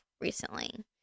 recently